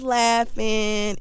laughing